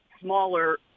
smaller